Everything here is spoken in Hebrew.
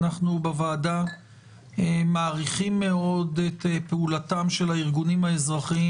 אנחנו בוועדה מעריכים מאוד את פעולתם של הארגונים האזרחיים